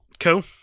cool